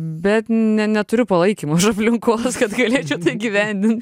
bet ne neturiu palaikymo iš aplinkos kad galėčiau įgyvendint